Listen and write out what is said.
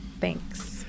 Thanks